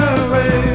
away